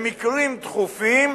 במקרים דחופים,